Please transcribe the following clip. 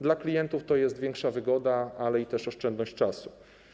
Dla klientów to jest większa wygoda, ale i oszczędność czasu.